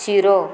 शिरो